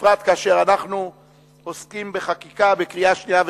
ובפרט כאשר אנחנו עוסקים בחקיקה בקריאה שנייה ושלישית,